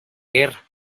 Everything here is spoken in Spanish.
guerra